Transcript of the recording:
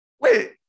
Wait